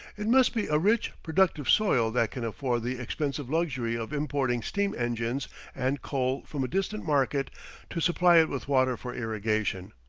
it must be a rich, productive soil that can afford the expensive luxury of importing steam-engines and coal from a distant market to supply it with water for irrigation.